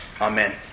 Amen